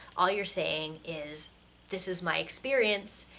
all you're saying is this is my experience,